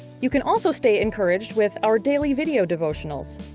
you can also stay encouraged with our daily video devotionals.